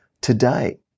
today